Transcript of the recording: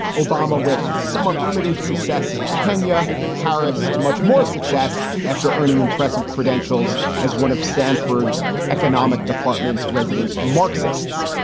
obama, with somewhat limited success in kenya. harris to much more success after earning impressive credentials as one of stanford's economic department's resident marxists.